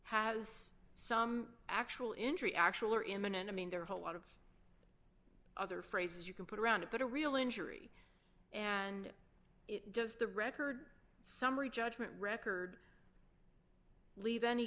has some actual injury actual or imminent i mean there are a lot of other phrases you can put around it but a real injury and just the record summary judgment record leave any